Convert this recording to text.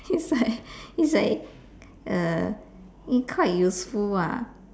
it's like uh it's like quite useful lah